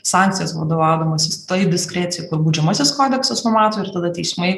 sankcijas vadovaudamasis tai diskrecijai kur baudžiamasis kodeksas numato ir tada teismai